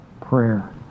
prayer